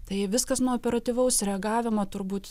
tai viskas nuo operatyvaus reagavimo turbūt